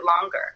longer